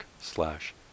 slash